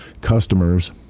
customers